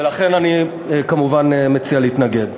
ולכן אני כמובן מציע להתנגד.